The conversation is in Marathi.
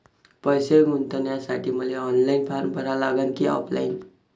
पैसे गुंतन्यासाठी मले ऑनलाईन फारम भरा लागन की ऑफलाईन?